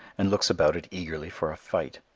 and looks about it eagerly for a fight.